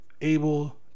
able